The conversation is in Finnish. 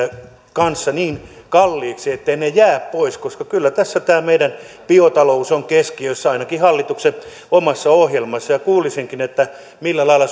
kanssa kalliiksi etteivät ne jää pois koska kyllä tässä tämä meidän biotaloutemme on keskiössä ainakin hallituksen omassa ohjelmassa kuulisinkin millä lailla